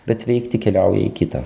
bet veikti keliauja į kitą